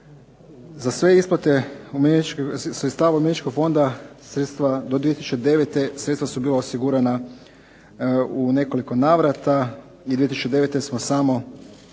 Za sve isplate sredstava umirovljeničkog fonda sredstva do 2009. sredstva su bila osigurana u nekoliko navrata, i 2009. smo samo